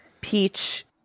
Peach